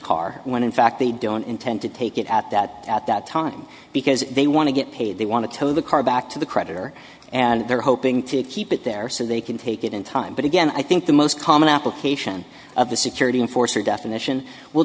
car when in fact they don't intend to take it at that at that time because they want to get paid they want to tow the car back to the creditor and they're hoping to keep it there so they can take it in time but again i think the most common application of the security and force or definition will